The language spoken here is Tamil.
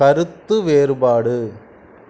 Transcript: கருத்து வேறுபாடு